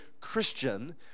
Christian